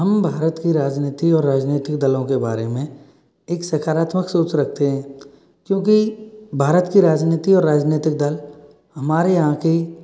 हम भारत की राजनीति और राजनीतिक दलों के बारे में एक सकारात्मक सोच रखते हैं क्यूंकि भारत की राजनीति और राजनीतिक दल हमारे यहाँ के